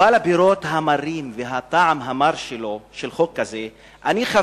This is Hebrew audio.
אבל את הפירות המרים והטעם המר של חוק כזה חוויתי,